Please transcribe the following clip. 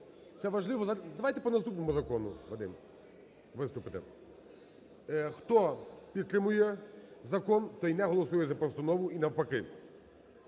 давайте по наступному закону, Вадиме виступите. Хто підтримує закон, той не голосує за постанову і навпаки.